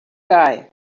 guy